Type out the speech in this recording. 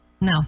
No